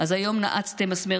משפט סיכום, בבקשה.